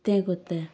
तें करतात